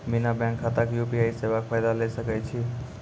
बिना बैंक खाताक यु.पी.आई सेवाक फायदा ले सकै छी?